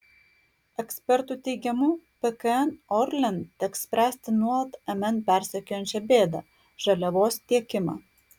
ekspertų teigimu pkn orlen teks spręsti nuolat mn persekiojančią bėdą žaliavos tiekimą